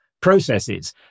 processes